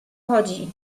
chodzi